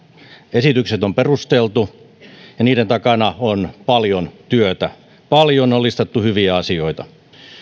esitykset on perusteltu ja niiden takana on paljon työtä paljon on listattu hyviä asioita